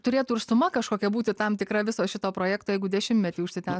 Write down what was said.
turėtų ir suma kažkokia būti tam tikra viso šito projekto jeigu dešimtmetį užsitęs